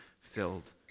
filled